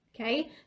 okay